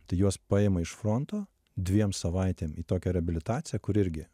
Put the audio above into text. tai juos paima iš fronto dviem savaitėm į tokią reabilitaciją kur irgi